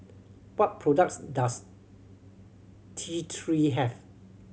what products does T Three have